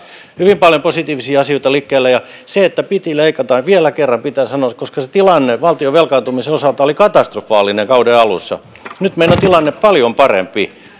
hyvin paljon positiivisia asioita liikkeellä ja miksi piti leikata vielä kerran pitää sanoa se koska se tilanne valtion velkaantumisen osalta oli katastrofaalinen kauden alussa nyt meillä on tilanne paljon parempi